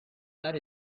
that